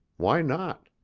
why not?